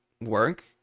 work